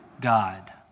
God